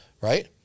Right